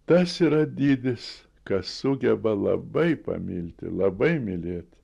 tas yra didis kas sugeba labai pamilti labai mylėti